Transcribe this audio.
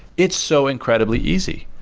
it's so incredibly easy.